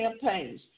campaigns